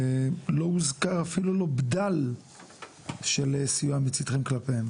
לא הוזכר אפילו לא בדל של סיוע מצידכם כלפיהם.